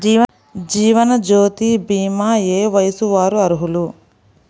జీవనజ్యోతి భీమా ఏ వయస్సు వారు అర్హులు?